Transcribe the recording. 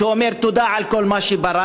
שאומר: "תודה על כל מה שבראת,